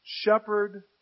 Shepherd